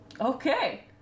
Okay